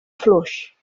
fluix